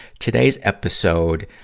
today's episode,